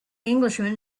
englishman